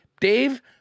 Dave